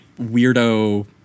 weirdo